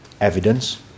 evidence